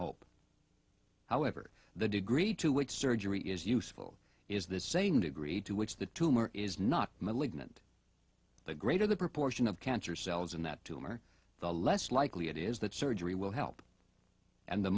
hope however the degree to which surgery is useful is the same degree to which the tumor is not malignant the greater the proportion of cancer cells in that tumor the less likely it is that surgery will help and the